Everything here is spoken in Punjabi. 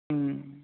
ਹੂੰ